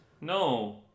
No